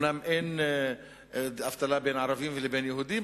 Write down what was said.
אומנם אין הבדלה בין ערבים לבין יהודים,